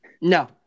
No